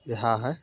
इएह हइ